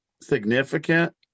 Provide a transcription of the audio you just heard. significant